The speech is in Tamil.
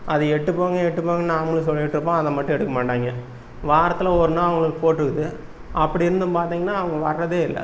அது எட்டு போங்கள் எட்டு போங்கன்னு நாங்களும் சொல்லிகிட்ருப்போம் அதை மட்டும் எடுக்கமாட்டாங்க வாரத்தில் ஒருநாள் அவர்களுக்கு போட்டிருக்குது அப்படி இருந்தும் பார்த்தீங்கன்னா அவங்க வரதே இல்லை